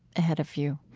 ahead of you,